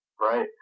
Right